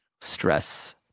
stress